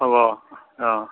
അവോ അ